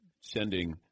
sending